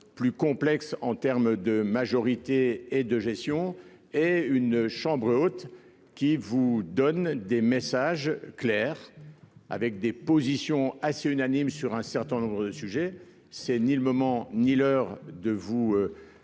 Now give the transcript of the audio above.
Plus complexe en terme de majorité et de gestion et une chambre haute, qui vous donne des messages clairs. Avec des positions assez unanime sur un certain nombre de sujets c'est ni le moment, ni l'heure de vous.